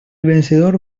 vencedor